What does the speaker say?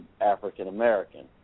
African-American